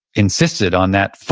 insisted on that